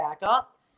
backup